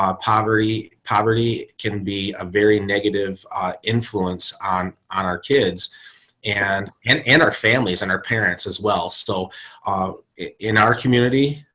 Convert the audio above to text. poverty. poverty can be a very negative influence on on our kids and and and our families and our parents as well so in our community.